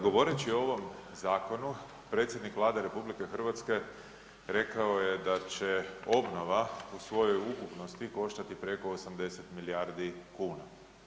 Govoreći o ovom zakonu predsjednik Vlade RH rekao je da će obnova u svojoj ukupnosti koštati preko 80 milijardi kuna.